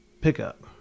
pickup